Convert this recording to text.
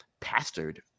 pastored